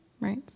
right